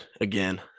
again